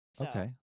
Okay